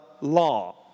law